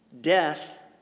Death